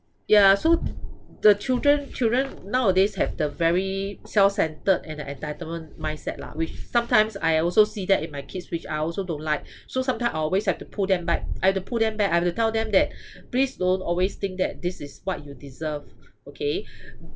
ya so the children children nowadays have the very self-centered and the entitlement mindset lah which sometimes I also see that in my kids which I also don't like so sometime I always have to pull them back I have to pull them back I have to tell them that please don't always think that this is what you deserve okay